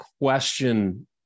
question